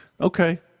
okay